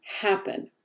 happen